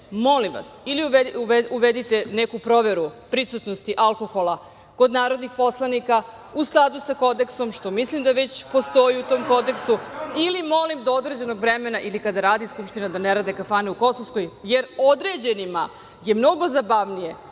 Molim vas, ili uvedite neku proveru prisutnosti alkohola kod narodnih poslanika u skladu sa kodeksom. Mislim da već postoji u tom kodeksu ili molim do određenog vremena ili kada radi Skupština da ne rade kafane u Kosovskoj, jer određenima je mnogo zabavnije